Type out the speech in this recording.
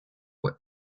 what